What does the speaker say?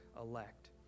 elect